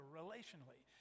relationally